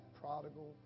prodigal